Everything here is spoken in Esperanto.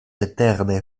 eterne